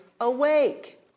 awake